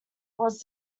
was